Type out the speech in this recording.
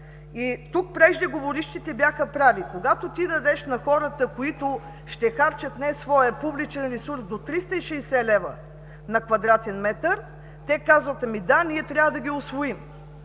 Преждеговорившите тук бяха прави. Когато дадеш на хората, които ще харчат не свой, а публичен ресурс до 360 лв. на квадратен метър, те казват: „Да, ние трябва да ги усвоим“.